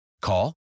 Call